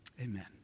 Amen